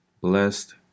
blessed